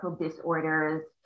disorders